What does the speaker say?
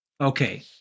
Okay